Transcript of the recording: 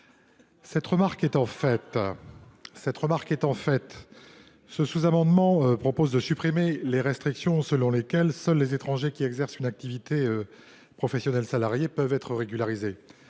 pour le groupe Union Centriste. Le sous amendement n° 659 vise à supprimer la restriction selon laquelle seuls les étrangers qui exercent une activité professionnelle salariée peuvent être régularisés.